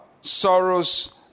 sorrows